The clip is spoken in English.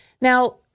Now